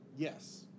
Yes